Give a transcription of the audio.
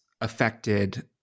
affected